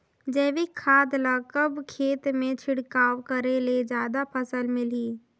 जैविक खाद ल कब खेत मे छिड़काव करे ले जादा फायदा मिलही?